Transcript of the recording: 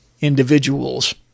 individuals